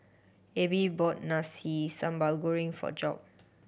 Abbey bought Nasi Sambal Goreng for Job